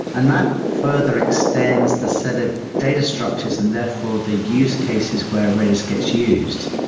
and not further extends the set of data structures and therefore the use cases where redis gets used.